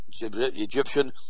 Egyptian